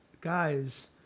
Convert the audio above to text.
guys